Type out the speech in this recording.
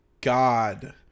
God